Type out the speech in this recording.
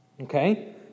Okay